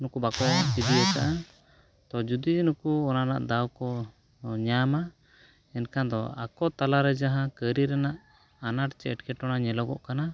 ᱱᱩᱠᱩ ᱵᱟᱠᱚ ᱤᱫᱤᱭ ᱟᱠᱟᱜᱼᱟ ᱛᱚ ᱡᱩᱫᱤ ᱱᱩᱠᱩ ᱚᱱᱟ ᱨᱮᱱᱟᱜ ᱫᱟᱣ ᱠᱚ ᱧᱟᱢᱟ ᱮᱱᱠᱷᱟᱱ ᱫᱚ ᱟᱠᱚ ᱛᱟᱞᱟ ᱨᱮ ᱡᱟᱦᱟᱸ ᱠᱟᱹᱨᱤ ᱨᱮᱱᱟᱜ ᱟᱱᱟᱴ ᱪᱮ ᱮᱴᱠᱮᱴᱚᱬᱮ ᱧᱮᱞᱚᱜᱚᱜ ᱠᱟᱱᱟ